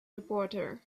reporter